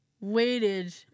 waited